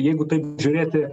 jeigu taip žiūrėti